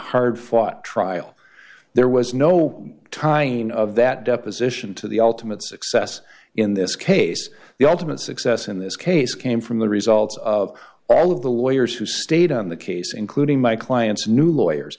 hard fought trial there was no tying of that deposition to the ultimate success in this case the ultimate success in this case came from the results of all of the lawyers who stayed on the case including my clients new lawyers